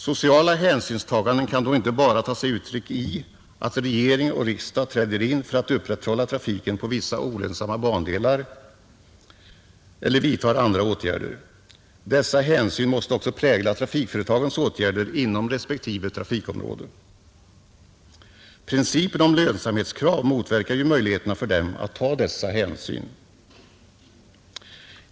Sociala hänsynstaganden kan då inte bara ta sig uttryck i att regering och riksdag träder in för att upprätthålla trafiken på vissa olönsamma bandelar eller vidtar andra åtgärder; dessa hänsyn måste också prägla trafikföretagens åtgärder inom respektive trafikområde, Principen om lönsamhetskrav motverkar möjligheterna för dem att ta dessa hänsyn.